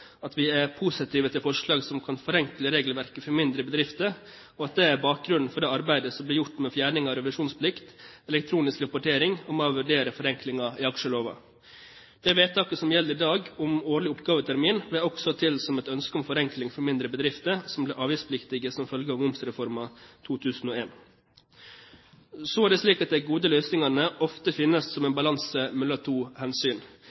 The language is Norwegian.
at vi er positive til forslag som kan forenkle regelverket for mindre bedrifter, og at det er bakgrunnen for det arbeidet som blir gjort med fjerning av revisjonsplikt, elektronisk rapportering og med å vurdere forenklinger i aksjeloven. Det vedtaket som gjelder i dag om årlig oppgavetermin, ble også til som et ønske om forenkling for mindre bedrifter som ble avgiftspliktige som følge av momsreformen 2001. Så er det slik at de gode løsningene ofte finnes i en balanse mellom to hensyn,